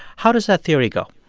how does that theory go?